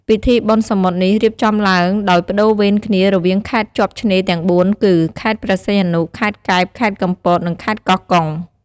ពិធីបុណ្យសមុទ្រនេះរៀបចំឡើងដោយប្តូរវេនគ្នារវាងខេត្តជាប់ឆ្នេរទាំងបួនគឺ ខេត្តព្រះសីហនុ ខេត្តកែប ខេត្តកំពត និងខេត្តកោះកុង។